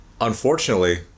unfortunately